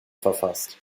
verfasst